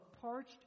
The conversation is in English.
parched